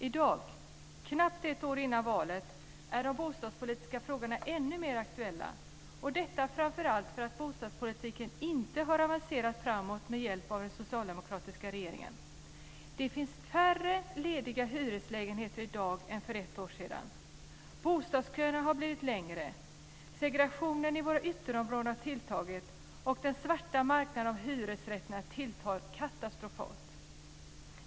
I dag, knappt ett år innan valet, är de bostadspolitiska frågorna ännu mer aktuella - och detta framför allt för att bostadspolitiken inte har avancerat framåt med hjälp av den socialdemokratiska regeringen. Det finns färre lediga hyreslägenheter i dag än för ett år sedan, bostadsköerna har blivit längre, segregationen i våra ytterområden har tilltagit och den svarta marknaden av hyresrätter tilltar katastrofalt.